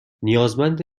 نیازمند